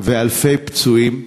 ואלפי פצועים.